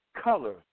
color